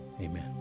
amen